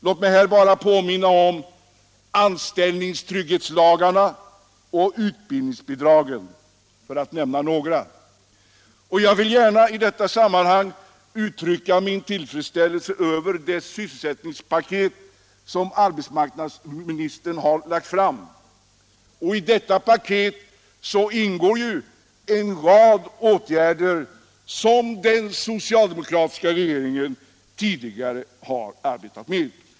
— Låt mig här bara påminna om anställningstrygghetslagarna och utbildningsbidragen, för att nämna några åtgärder. Jag vill gärna i dessa sammanhang uttrycka min tillfredsställelse över det sysselsättningspaket som arbetsmarknadsministern har lagt fram. I detta paket ingår en rad av de åtgärder som den socialdemokratiska regeringen tidigare arbetade med.